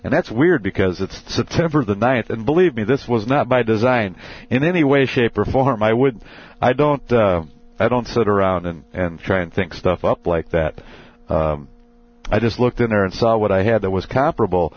and that's weird because it's the temper of the night and believe me this was not by design in any way shape or form i would i don't i don't sit around and try and think stuff up like that i just looked in there and saw what i had that was comparable